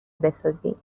بسازیم